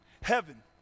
Heaven